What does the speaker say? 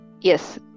Yes